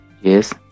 yes